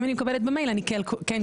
אם אני מקבלת במייל, אני כן קוראת.